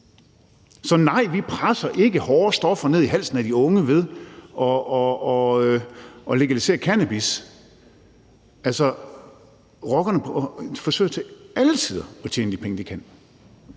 Så nej, vi presser ikke hårde stoffer ned i halsen på de unge ved at legalisere cannabis. Altså, rockerne vil altid forsøge at tjene de penge, de kan,